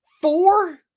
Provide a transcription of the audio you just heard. four